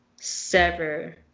sever